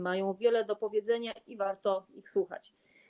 Mają wiele do powiedzenia i warto ich słuchać.